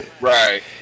right